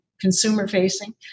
consumer-facing